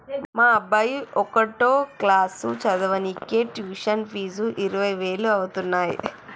మా అబ్బాయి ఒకటో క్లాసు చదవనీకే ట్యుషన్ ఫీజు ఇరవై వేలు అయితన్నయ్యి